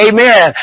Amen